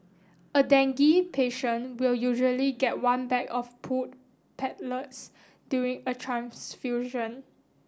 a dengue patient will usually get one bag of pooled platelets during a transfusion